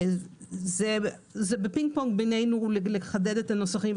זה בפינג-פונג בינינו לחדד את הנוסחים,